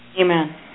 Amen